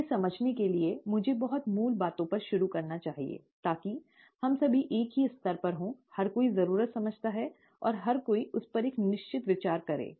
इसे समझने के लिए मुझे बहुत मूल बातों पर शुरू करना चाहिए और ताकि हम सभी एक ही स्तर पर हों हर कोई जरूरत समझता है और हर कोई उस पर एक निश्चित विचार करें